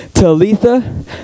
Talitha